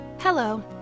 Hello